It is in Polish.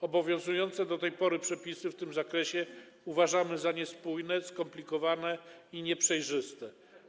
Obowiązujące do tej pory przepisy w tym zakresie uważamy za niespójne, skomplikowane i nieprzejrzyste.